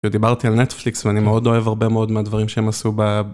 דיברתי על נטפליקס ואני מאוד אוהב הרבה מאוד מהדברים שהם עשו ב...